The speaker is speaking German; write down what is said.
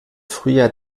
frühjahr